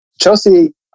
Chelsea